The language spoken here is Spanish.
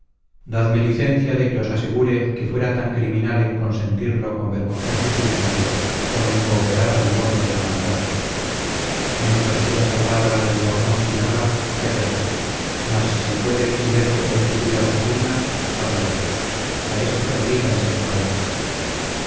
oprimir dadme licencia de que os asegure que fuera tan criminal en consentirlo con vergonzoso silencio como en cooperar al logro de la maldad mientras pueda salvar a la de albornoz sin hablar callaré mas si puede mi silencio contribuir a su ruina hablaré a esto me obliga el ser caballero